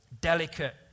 delicate